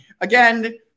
again